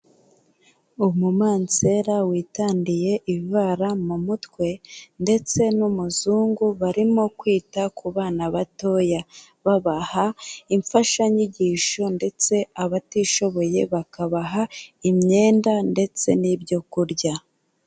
Umumansera witandiye ivara mu mutwe ndetse n'umuzungu barimo kwita ku bana batoya, babaha imfashanyigisho ndetse abatishoboye bakabaha imyenda ndetse n'ibyo kurya.